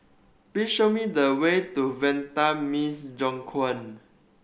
please show me the way to Vanda Miss Joaquim